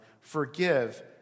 forgive